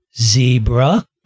zebra